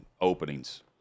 openings